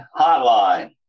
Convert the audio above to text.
hotline